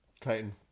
Titan